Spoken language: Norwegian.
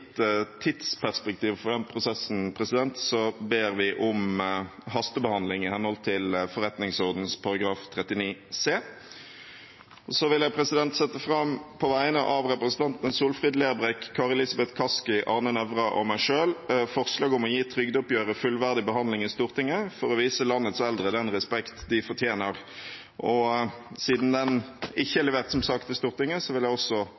tidsperspektivet for den prosessen ber vi om hastebehandling i henhold til forretningsordenens § 39c. Så vil jeg på vegne av representantene Solfrid Lerbrekk, Karin Andersen, Kari Elisabeth Kaski, Arne Nævra og meg selv sette fram forslag om å gi trygdeoppgjøret fullverdig behandling i Stortinget, for å vise landets eldre den respekt de fortjener. Siden det ikke er levert som sak til Stortinget, vil jeg også